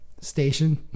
station